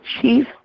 chief